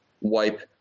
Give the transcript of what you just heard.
wipe